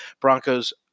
Broncos